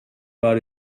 bar